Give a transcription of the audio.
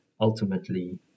ultimately